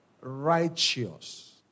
righteous